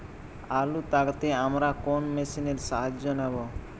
আলু তাড়তে আমরা কোন মেশিনের সাহায্য নেব?